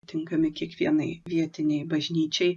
tinkami kiekvienai vietinei bažnyčiai